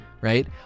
right